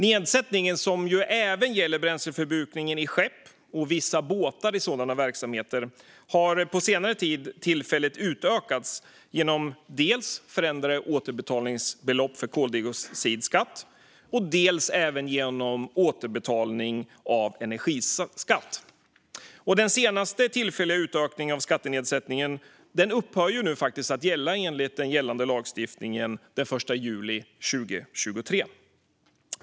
Nedsättningen, som även gäller bränsleförbrukning i skepp och vissa båtar i sådana verksamheter, har på senare tid tillfälligt utökats genom dels förändrade återbetalningsbelopp för koldioxidskatt, dels återbetalning av energiskatt. Den senaste tillfälliga utökningen av skattenedsättningen upphör enligt nu gällande lagstiftning den 1 juli 2023.